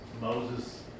Moses